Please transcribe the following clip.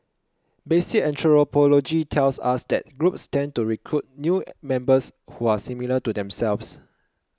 basic anthropology tells us that groups tend to recruit new members who are similar to themselves